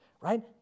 right